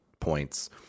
points